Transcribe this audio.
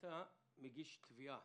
אתה מגיש תביעה.